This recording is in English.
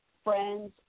friends